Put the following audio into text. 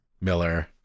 Miller